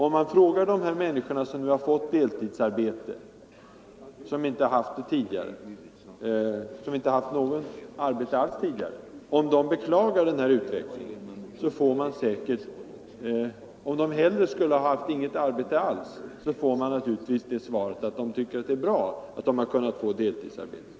Om man frågar de människor som tidigare inte haft något arbete, och som nu har fått deltidsarbete, om de beklagar denna utveckling, får man säkert svaret att de tycker att det är bra att de har kunnat få ett deltidsarbete.